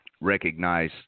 Recognize